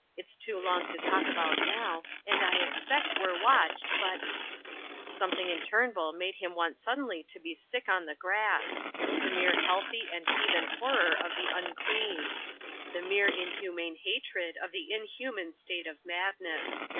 it's too long to talk about now, and i expect we're watched, but something in turnbull made him want suddenly to be sick on the grass the mere healthy and heathen horror of the unclean the mere inhumane hatred of the inhuman state of madness.